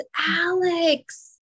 Alex